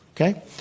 Okay